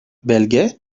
belge